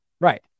right